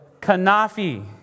Kanafi